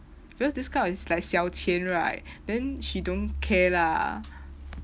because this kind is like 小钱 right then she don't care lah